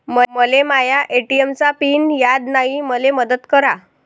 मले माया ए.टी.एम चा पिन याद नायी, मले मदत करा